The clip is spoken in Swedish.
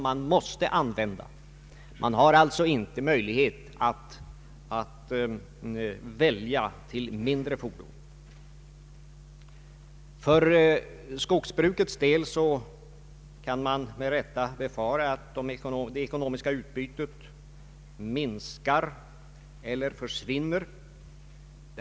Det finns alltså ingen möjlighet att välja och använda små och medelstora fordon. För skogsbrukets del kan man med rätta befara att det ekonomiska utbytet minskar eller försvinner.